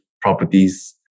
properties